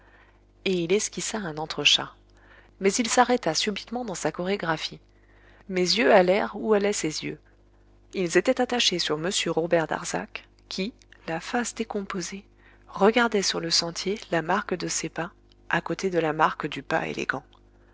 et il esquissa un entrechat mais il s'arrêta subitement dans sa chorégraphie mes yeux allèrent où allaient ses yeux ils étaient attachés sur m robert darzac qui la face décomposée regardait sur le sentier la marque de ses pas à côté de la marque du pas élégant